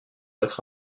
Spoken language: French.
être